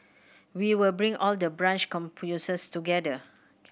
we will bring all the branch campuses together